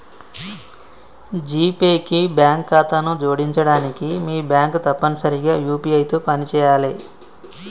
GPay కి bank ఖాతాను జోడించడానికి మీ బ్యాంక్ తప్పనిసరిగా యూ.పీ.ఐ తో పనిచేయాలే